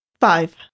Five